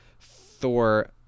thor